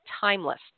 timeless